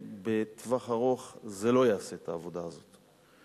ובטווח ארוך זה לא יעשה את העבודה הזאת.